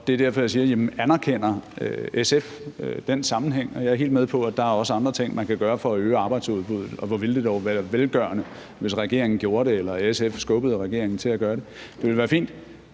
Det er derfor, jeg spørger, om SF anerkender den sammenhæng. Jeg er helt med på, at der også er andre ting, man kan gøre for at øge arbejdsudbuddet, og hvor ville det dog være velgørende, hvis regeringen gjorde det, eller hvis SF skubbede regeringen til at gøre det – det ville være fint.